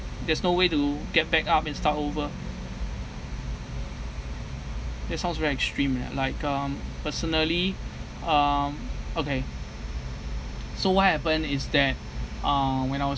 there's no way to get back up and start over that sounds very extreme ya like um personally um okay so what happen is that uh when I was